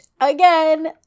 again